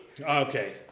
Okay